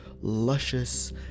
luscious